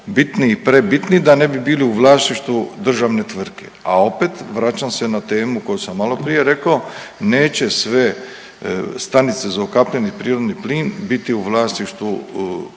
bitni i prebitni da ne bi bili u vlasništvu državne tvrtke, a opet, vraćam se na temu koju sam maloprije rekao, neće sve stanice za ukapljeni prirodni plin biti u vlasništvu ovog